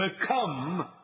become